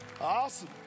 Awesome